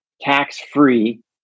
tax-free